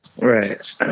Right